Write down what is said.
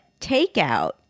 takeout